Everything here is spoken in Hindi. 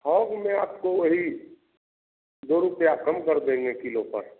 थौक में आपको वही दो रुपये कम कर देंगे किलो पर